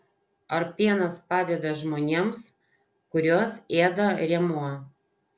ar pienas padeda žmonėms kuriuos ėda rėmuo